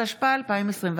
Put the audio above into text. התשפ"א 2021,